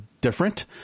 different